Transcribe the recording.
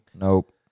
Nope